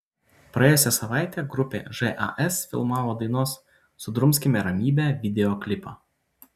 praėjusią savaitę grupė žas filmavo dainos sudrumskime ramybę videoklipą